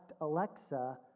Alexa